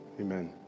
Amen